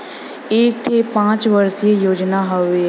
एक ठे पंच वर्षीय योजना हउवे